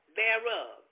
thereof